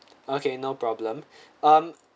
okay no problem um